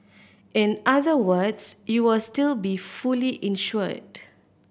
in other words you will still be fully insured